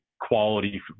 quality